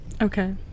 okay